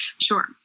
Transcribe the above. Sure